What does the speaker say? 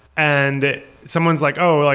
and someone is like, oh,